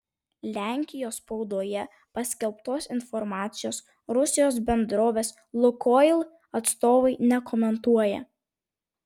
lenkijos spaudoje paskelbtos informacijos rusijos bendrovės lukoil atstovai nekomentuoja